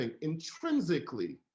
intrinsically